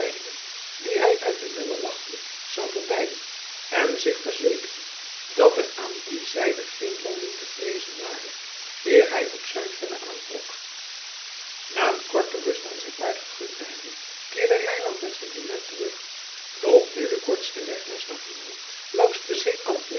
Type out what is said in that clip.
die hij uit de lemmer wachtte zou verbeiden en zich verzekeren dat er aan die zijde geen landing te vreezen ware eer hij op zuidvenne aantrok na een korte rust aan zijn paard gegund te hebben keerde reinout met zijn dienaar terug doch nu den kortsten weg naar stavoren langs den